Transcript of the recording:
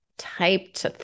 typed